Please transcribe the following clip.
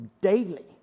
daily